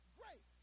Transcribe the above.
great